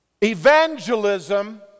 evangelism